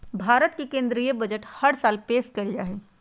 भारत के केन्द्रीय बजट हर साल पेश कइल जाहई